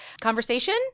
Conversation